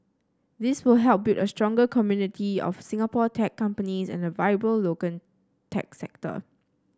this will help build a stronger community of Singapore tech companies and a vibrant local tech sector